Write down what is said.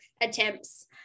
attempts